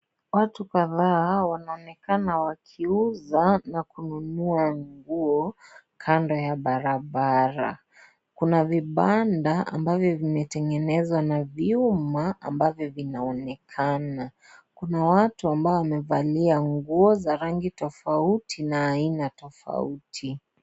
Watu kadhaa wanaonekana wakiuza na kununua nguo kando ya barabara. Kuna vibanda ambavyo vimetengenezwa na vyuma ambavyo vinaonekana. Kuna watu ambao wamevaalia nguo za rangi tofauti na aina tofauti.